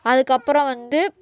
அதுக்கப்புறம் வந்து